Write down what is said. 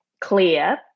clear